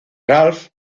ralph